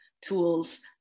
tools